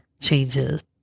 changes